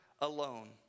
alone